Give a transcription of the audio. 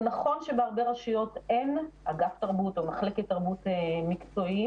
זה נכון שבהרבה רשויות אין אגף תרבות או מחלקת תרבות מקצועיים.